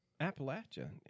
Appalachia